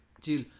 chill